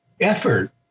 effort